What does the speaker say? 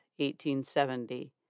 1870